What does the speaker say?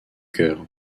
chœur